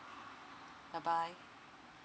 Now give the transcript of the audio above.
bye bye